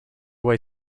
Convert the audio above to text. way